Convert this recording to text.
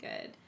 good